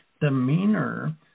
demeanor